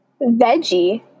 Veggie